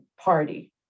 party